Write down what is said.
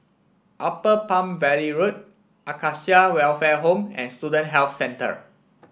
Upper Palm Valley Road Acacia Welfare Home and Student Health Centre